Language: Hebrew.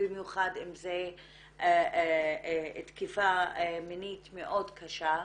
במיוחד אם זה תקיפה מינית מאוד קשה,